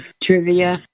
trivia